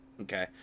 Okay